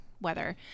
weather